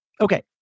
okay